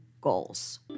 goals